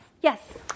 Yes